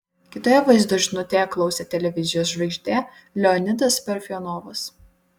kitoje vaizdo žinutėje klausė televizijos žvaigždė leonidas parfionovas